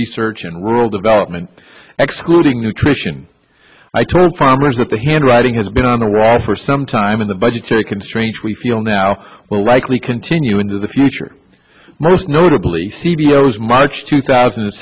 research and rural development executing nutrition i told farmers that the handwriting has been on the wall for some time in the budgetary constraints we feel now well likely continue into the future most notably c d i was march two thousand and